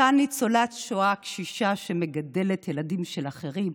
אותה ניצולת שואה קשישה שמגדלת ילדים של אחרים,